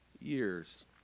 years